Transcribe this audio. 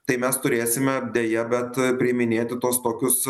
tai mes turėsime deja bet priiminėti tuos tokius